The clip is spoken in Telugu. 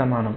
సమానం